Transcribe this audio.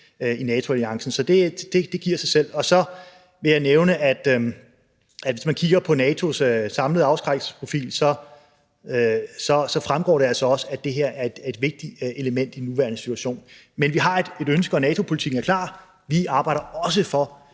for pression. Så det giver sig selv. Så vil jeg nævne, at hvis man kigger på NATO's samlede afskrækkelsesprofil, fremgår det altså også, at det her er et vigtigt element i den nuværende situation. Men vi har et ønske, og NATO politikken er klar her: Vi arbejder også for